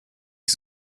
ich